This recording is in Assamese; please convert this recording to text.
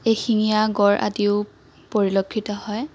এশিঙীয়া গড় আদিও পৰিলক্ষিত হয়